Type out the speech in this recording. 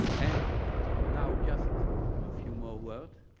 and now just a few more words.